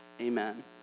amen